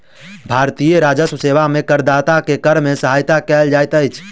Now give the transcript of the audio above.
भारतीय राजस्व सेवा में करदाता के कर में सहायता कयल जाइत अछि